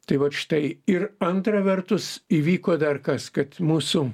tai vat štai ir antra vertus įvyko dar kas kad mūsų